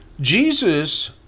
jesus